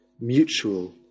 mutual